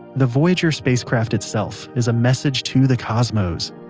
the voyager spacecraft itself is a message to the cosmos,